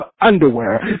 underwear